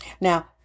Now